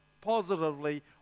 positively